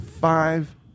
five